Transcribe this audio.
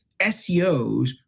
SEOs